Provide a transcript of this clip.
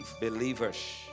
Believers